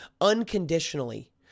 unconditionally